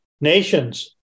nations